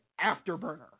Afterburner